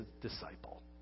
disciple